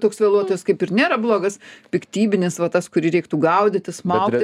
toks vėluotojas kaip ir nėra blogas piktybinis va tas kurį reiktų gaudyti smaugti